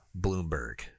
Bloomberg